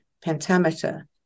pentameter